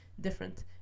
different